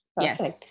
Yes